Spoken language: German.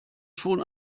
schon